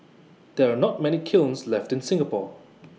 there are not many kilns left in Singapore